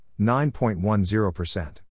9.10%